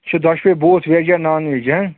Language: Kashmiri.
سُہ چھُ دۄشوے بوتھ وٮ۪ج یا نان ویٚج